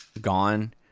gone